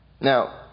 Now